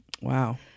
Wow